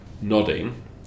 nodding